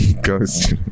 ghost